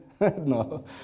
No